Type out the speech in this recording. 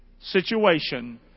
situation